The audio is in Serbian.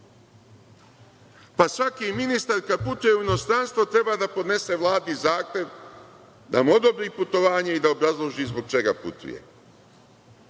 Pa, svaki ministar kada putuje u inostranstvo treba da podnese Vladi zahtev da mu odobri putovanje i da obrazloži zbog čega putuje.